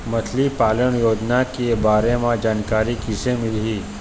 मछली पालन योजना के बारे म जानकारी किसे मिलही?